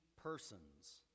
persons